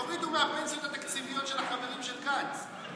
תורידו מהפנסיות התקציביות של החברים של גנץ.